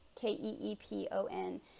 K-E-E-P-O-N